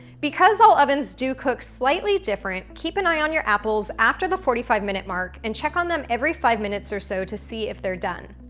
because all ovens do cook slightly slightly different, keep an eye on your apples after the forty five minute mark and check on them every five minutes or so to see if they're done.